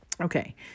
Okay